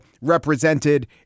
represented